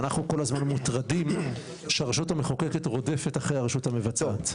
ואנחנו כל הזמן מוטרדים מכך שהרשות המחוקקת רודפת אחרי הרשות המבצעת.